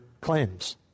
claims